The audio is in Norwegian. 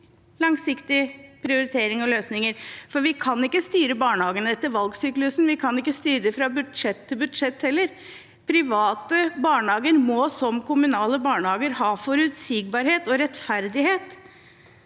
Vi kan ikke styre barnehagene etter valgsyklusen. Vi kan ikke styre dem fra budsjett til budsjett, heller. Private barnehager må, som kommunale barnehager, ha forutsigbarhet og rettferdighet.